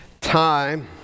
time